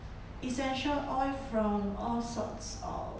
essential oil from all sorts of